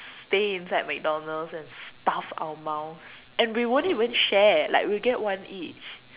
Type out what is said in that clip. stay inside McDonald's and stuff our mouths and we won't even share like we get one each